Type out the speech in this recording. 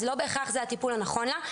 אז לא בהכרח זה הטיפול הנכון לה.